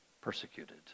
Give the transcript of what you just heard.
persecuted